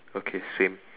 okay same